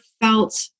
felt